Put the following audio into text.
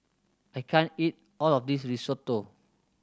I can't eat all of this Risotto